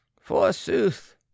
forsooth